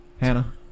Hannah